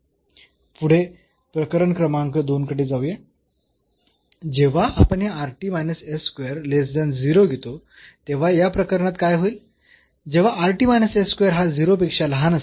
पुढे प्रकरण क्रमांक 2 कडे जाऊया जेव्हा आपण हे घेतो तेव्हा या प्रकरणात काय होईल जेव्हा हा 0 पेक्षा लहान असेल